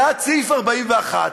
בעד סעיף 41,